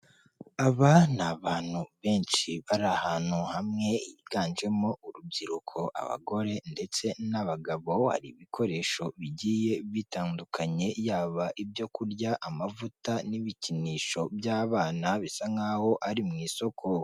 Aba ni abantu benshi bari ahantu hamwe, higanjemo urubyiruko, abagore ndetse n'abagabo, hari ibikoresho bigiye bitandukanye, yaba ibyo kurya, amavuta n'ibikinisho by'abana, bisa nk'aho ari mu isoko.